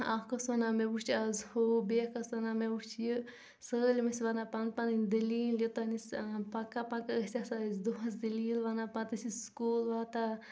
اکھ اوس ونان مےٚ وُچھ آز ہُہ بیاکھ اوس ونان مےٚ وُچھ یہ سٲلِم ٲسۍ ونان پنٕنۍ پنٕنۍ دٔلیل یوٚتانۍ أسۍ پکان پکان ٲسۍ آسان أسۍ دۄہس دٔلیل ونان پتہٕ ٲسۍ أسۍ سکوٗل واتان